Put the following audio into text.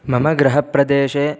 मम गृहप्रदेशे